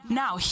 now